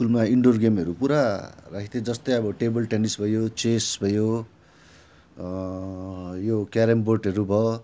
स्कुलमा इन्डोर गेमहरू पुरा राखेको थियो जस्तै अब टेबल टेनिस भयो चेस भयो यो क्यारम बोर्डहरू भयो